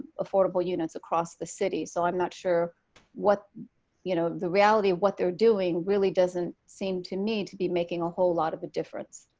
affordable units across the city. so i'm not sure what you know the reality of what they're doing really doesn't seem to me to be making a whole lot of difference.